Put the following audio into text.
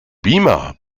beamer